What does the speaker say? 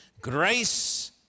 Grace